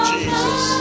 Jesus